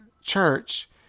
church